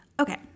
Okay